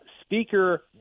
speaker